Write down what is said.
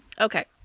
Okay